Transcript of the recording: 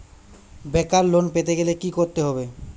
বেকার লোন পেতে গেলে কি করতে হবে?